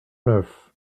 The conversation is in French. neuf